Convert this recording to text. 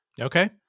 Okay